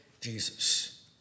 Jesus